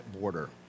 border